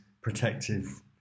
protective